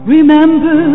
Remember